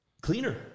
Cleaner